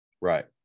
right